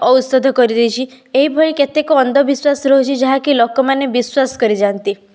ଔଷଧ କରିଦେଇଛି ଏଇଭଳି କେତେକ ଅନ୍ଧବିଶ୍ୱାସ ରହିଛି ଯାହାକି ଲୋକ ମାନେ ବିଶ୍ୱାସ କରିଯାଆନ୍ତି